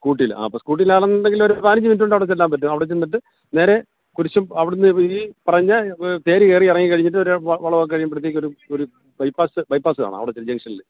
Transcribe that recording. സ്കൂട്ടിയിൽ അപ്പം സ്കൂട്ടിയിൽ ആണെന്നുണ്ടെങ്കിൽ ഒരു പതിനഞ്ച് മിനിറ്റ് കൊണ്ട് അവിടെ ചെല്ലാൻ പറ്റും അവിടെ ചെന്നിട്ട് നേരെ കുരിശ് അവിടുന്ന് ഈ പറഞ്ഞ ചേരി കയറി ഇറങ്ങി കഴിഞ്ഞിട്ട് ഒരു വളവൊക്കെ കഴിയുമ്പോഴത്തേക്കും ഒരു ഒരു ബൈപ്പാസ്സ് ബൈപാസ്സ് കാണാം അവിടെ ജംഗ്ഷനിൽ